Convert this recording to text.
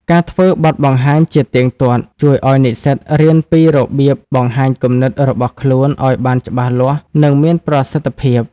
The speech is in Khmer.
ការធ្វើបទបង្ហាញជាទៀងទាត់ជួយឱ្យនិស្សិតរៀនពីរបៀបបង្ហាញគំនិតរបស់ខ្លួនឱ្យបានច្បាស់លាស់ និងមានប្រសិទ្ធភាព។